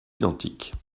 identiques